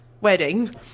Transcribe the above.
wedding